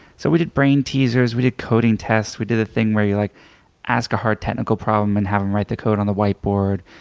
so we did brainteasers, we did coding tests, we did the thing where you like ask a hard technical problem and have them write their code on the whiteboard.